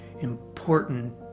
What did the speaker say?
important